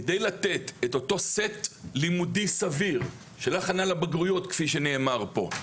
כדי לתת את אותו סט לימודי סביר של הכנה לבגרויות כפי שנאמר פה,